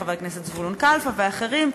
חבר הכנסת זבולון כלפה ואחרים,